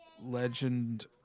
Legend